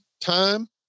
time